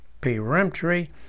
peremptory